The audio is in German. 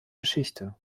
geschichte